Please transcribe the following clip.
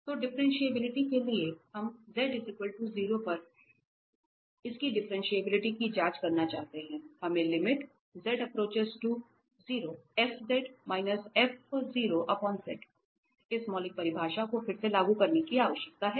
तो डिफ्रेंटिएबिलिटी के लिए हम Z 0 पर इसकी डिफ्रेंटिएबिलिटी की जांच करना चाहते हैं हमें इस मौलिक परिभाषा को फिर से लागू करने की आवश्यकता है